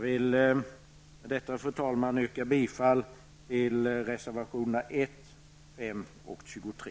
Med detta, fru talman, yrkar jag bifall till reservationerna 1, 5 och 23.